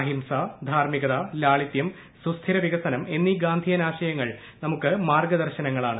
അഹിംസ ധാർമ്മികത ലാളിത്യം സുസ്ഥിര വികസനം എന്നീ ഗാന്ധിയൻ ആശയങ്ങൾ നമുക്ക് മാർഗ്ഗ ദർശനങ്ങളാണ്